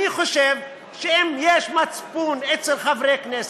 אני חושב שאם יש מצפון אצל חברי הכנסת,